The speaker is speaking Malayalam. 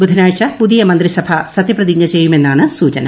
ബുധനാഴ്ച പുതിയി മന്ത്രിസഭ സത്യപ്രതിജ്ഞ ചെയ്യുമെന്നാണ് സൂചന